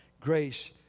grace